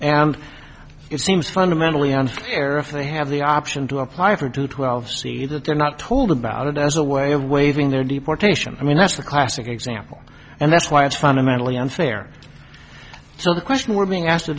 and it seems fundamentally unfair if they have the option to apply for to twelve see that they're not told about it as a way of waving their deportation i mean that's the classic example and that's why it's fundamentally unfair so the question we're being asked to